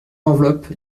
l’enveloppe